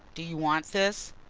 do you want this?